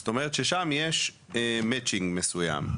זאת אומרת ששם יש מצ'ינג מסוים.